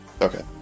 okay